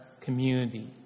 community